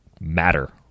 matter